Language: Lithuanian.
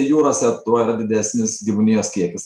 jūrose tuo yra didesnis gyvūnijos kiekis